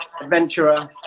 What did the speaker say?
adventurer